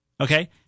Okay